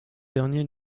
dernier